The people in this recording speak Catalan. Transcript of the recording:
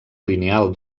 lineal